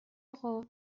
آقا